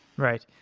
right.